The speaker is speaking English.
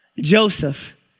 Joseph